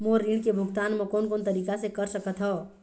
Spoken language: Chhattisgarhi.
मोर ऋण के भुगतान म कोन कोन तरीका से कर सकत हव?